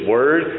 Word